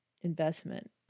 investment